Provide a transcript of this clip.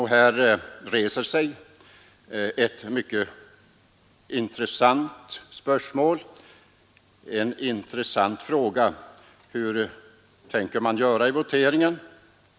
Här uppstår en mycket intressant fråga: Hur tänker man göra i voteringen?